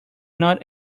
not